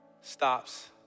stops